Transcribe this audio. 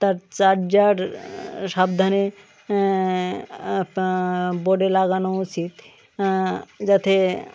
তার চার্জার সাবধানে প বোর্ডে লাগানো উচিত যাতে